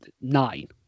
nine